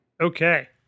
Okay